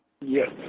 Yes